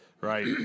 right